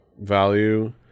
value